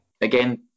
Again